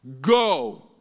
go